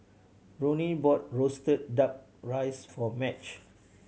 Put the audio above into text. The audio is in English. Ronny bought roasted Duck Rice for Madge